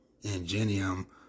Ingenium